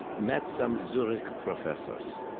met some zurich professors.